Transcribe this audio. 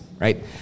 right